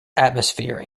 atmosphere